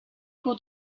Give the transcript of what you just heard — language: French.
pour